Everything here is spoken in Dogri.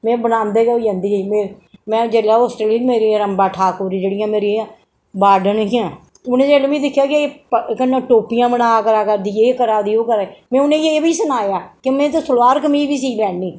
में बनांदे गै होई जंदी ही मैं जेल्लै होस्टल ही मेरी रम्बा ठाकुर जेहड़ियां मेरियां वार्डन हियां उनें जेल्लै मिगी दिक्खेआ कि कन्नै टोपियां बना करा करदी एह् करै दी ओह् करै दी में उनेंगी एह् बी सनाया कि में ते सलवार कमीज बी सीह् लैन्नीं